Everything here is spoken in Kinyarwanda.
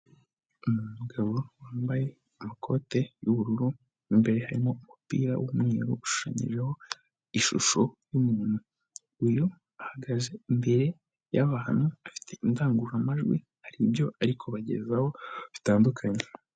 Umugabo wambaye ikoti y'ubururu imbere harimo umupira w'umweru ushushanyijeho ishusho y'umuntu, uyu ahagaze imbere y'abantu afite indangururamajwi hari ibyo ari kubagezaho bitandukanye.